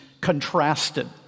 contrasted